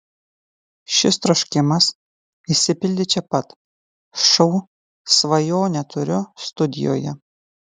šis troškimas išsipildė čia pat šou svajonę turiu studijoje